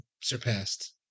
surpassed